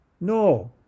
No